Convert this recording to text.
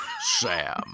Sam